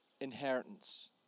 inheritance